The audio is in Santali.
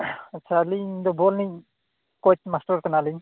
ᱟᱪᱪᱷᱟ ᱟᱹᱞᱤᱧ ᱫᱚ ᱵᱚᱞ ᱨᱮᱱᱤᱡ ᱠᱳᱪ ᱢᱟᱥᱴᱟᱨ ᱠᱟᱱᱟᱞᱤᱧ